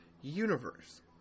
universe